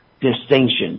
distinctions